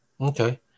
okay